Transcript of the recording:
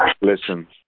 Listen